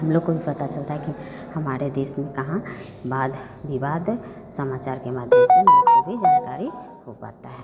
हम लोग को भी पता चलता है कि हमारे देश में कहाँ वाद विवाद समाचार के माध्यम से हमें भी जानकारी हो पाता है